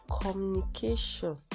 communication